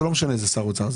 ולא משנה איזה שר אוצר,